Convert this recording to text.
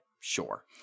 Sure